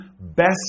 best